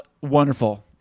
wonderful